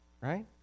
right